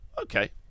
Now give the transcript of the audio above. okay